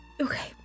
okay